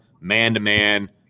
man-to-man